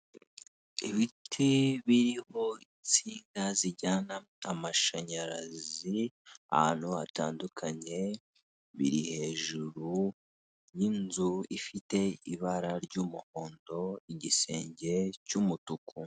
Ibiti biriho insinga zijyana amashanyarazi ahantu ahatandukanye, biri hejuru y' inzu ifite ibara ry'umuhondo igisenge cy'umutuku.